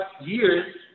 years